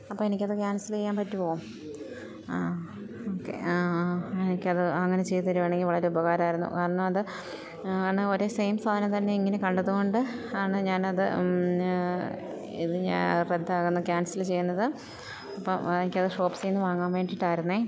അപ്പം എനിക്ക് അത് ക്യാൻസല് ചെയ്യാൻ പറ്റുമോ ഓക്കെ എനിക്ക് അത് അങ്ങനെ ചെയ്തു തരുകയാണെങ്കിൽ വളരെ ഉപകാരമായിരുന്നു കാരണം അത് ആണ് ഓരേ സെയിം സാധനം തന്നെ ഇങ്ങനെ കണ്ടത് കൊണ്ട് ആണ് ഞാൻ അത് ഇത് ഞാൻ റദ്ദാകുന്നു ക്യാൻസല് ചെയ്യുന്നത് അപ്പം എനിക്ക് അത് ഷോപ്സിയിൽ നിന്ന് വാങ്ങാൻ വേണ്ടിയിട്ടായിരുന്നു